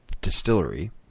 distillery